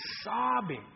sobbing